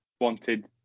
wanted